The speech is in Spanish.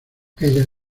ella